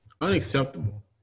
Unacceptable